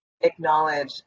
acknowledge